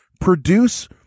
produce